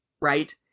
right